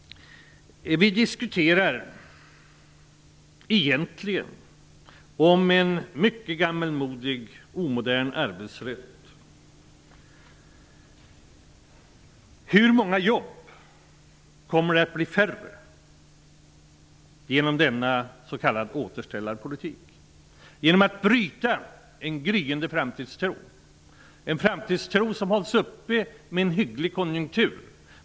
Vi diskuterar egentligen en mycket gammalmodig och omodern arbetsrätt. Hur många jobb kommer att försvinna genom denna s.k. återställarpolitik. Man bryter en gryende framtidstro - en framtidstro som hålls uppe med en hygglig konjunktur.